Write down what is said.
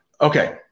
Okay